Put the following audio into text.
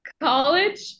College